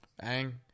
Bang